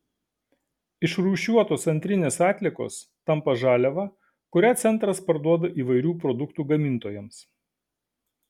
išrūšiuotos antrinės atliekos tampa žaliava kurią centras parduoda įvairių produktų gamintojams